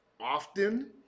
often